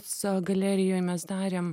savo galerijoj mes darėm